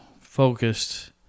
focused